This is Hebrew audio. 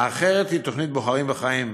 האחרת היא תוכנית "בוחרים בחיים"